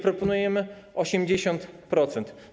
Proponujemy 80%.